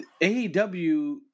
AEW